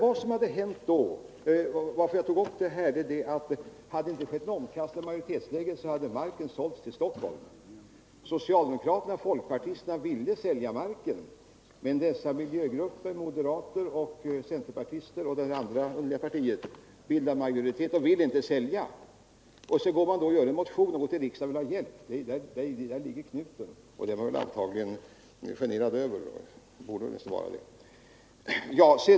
Anledningen till att jag tagit upp detta är det faktum att om det inte hade skett en omkastning av majoriteten så hade marken sålts till Stockholm. Socialdemokraterna och folkpartisterna ville sälja marken, men miljögrupperna — moderata samlingspartiet, centerpartiet och det här andra, underliga partiet — bildar majoritet, och de vill inte sälja. Därför har man skrivit en motion och gått till riksdagen och bett om hjälp. Där ligger knuten. Detta är man antagligen generad över; man borde i alla fall vara det.